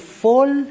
full